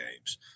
games